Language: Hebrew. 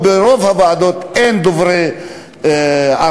ברוב הוועדות אין דוברי ערבית,